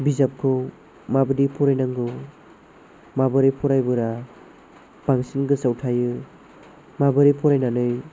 बिजाबखौ माबायदि फरायनांगौ माबोरै फरायोब्ला बांसिन गोसोआव थायो माबोरै फरायनानै